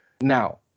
Now